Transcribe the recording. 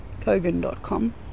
kogan.com